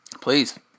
Please